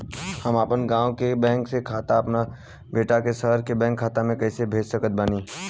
हम अपना गाँव के बैंक खाता से अपना बेटा के शहर के बैंक खाता मे पैसा कैसे भेज सकत बानी?